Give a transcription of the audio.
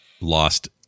lost